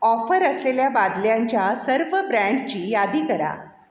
offer असलेल्या बादल्यांच्या सर्व ब्रँडची यादी करा